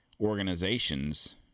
organizations